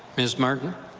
ms. martin.